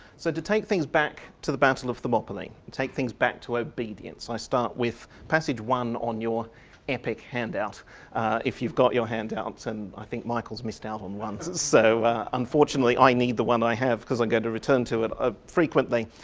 so to take things back to the battle of thermopylae, take things back to obedience, i start with passage one on your epic handout if you've got your handout, and i think michael's missed out on one so unfortunately i need the one i have because i'm going to return to it ah frequently.